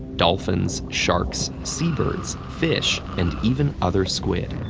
dolphins, sharks, seabirds, fish, and even other squid.